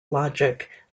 logic